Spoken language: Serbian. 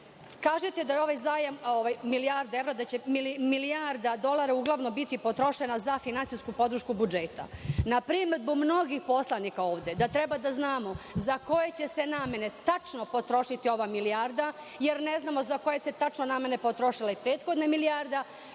evra, da će milijarda dolara uglavnom biti potrošena za finansijsku podršku budžeta. Na primedbu mnogi poslanika ovde da treba da znamo za koje će se namene tačno potrošiti ova milijarda, jer ne znamo za koje se tačno namene potrošila i prethodna milijarda,